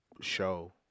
show